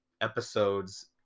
episodes